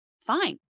fine